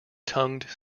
tongued